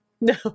No